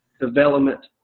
development